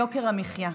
יוקר המחיה.